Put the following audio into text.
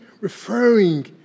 referring